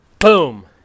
boom